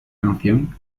canción